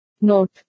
Note